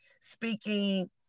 speaking